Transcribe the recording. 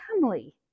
family